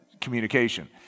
communication